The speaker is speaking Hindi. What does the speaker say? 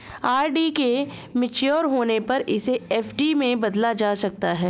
आर.डी के मेच्योर होने पर इसे एफ.डी में बदला जा सकता है